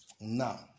Now